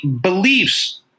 beliefs